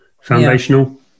foundational